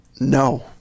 No